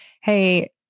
hey